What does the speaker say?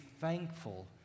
thankful